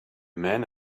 man